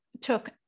took